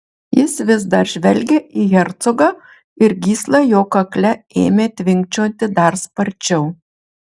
jis vis dar žvelgė į hercogą ir gysla jo kakle ėmė tvinkčioti dar sparčiau